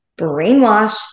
brainwashed